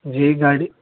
جی گاڑی